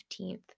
15th